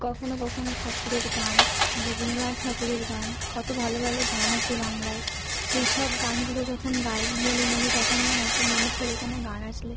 কখনো কখনো ঠাকুরের গান রবীন্দ্রনাথ ঠাকুরের গান কতো ভালো ভালো গান আছে বাংলায় সেই সব গানগুলো যখন গাই মনে মনে যখন হয়তো মনের থেকে কোনো গান আসলে